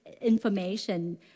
information